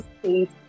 State